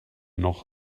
noch